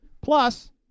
Plus